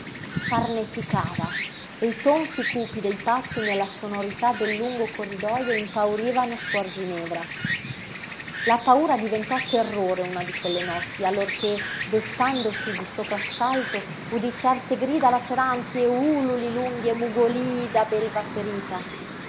piedi nudi farneticava e i tonfi cupi dei passi nella sonorità del lungo corridojo impaurivano suor ginevra la paura diventò terrore una di quelle notti allorché destandosi di soprassalto udí certe grida laceranti e úluli lunghi e mugolii da belva ferita